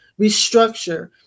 restructure